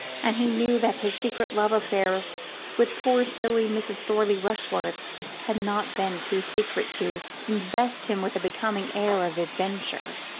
and he knew that his secret love-affair with poor silly mrs. thorley rushworth had not been too secret to invest him with a becoming air of adventure.